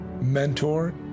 mentor